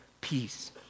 peace